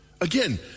Again